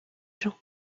gens